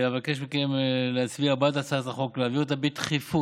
אבקש מכם להצביע בעד הצעת החוק ולהעביר אותה בדחיפות,